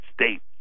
States